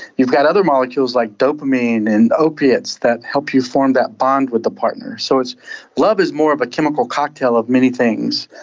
you've got other molecules like dopamine and opiates that help you form that bond with a partner, so love is more of a chemical cocktail of many things.